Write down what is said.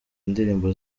indirimbo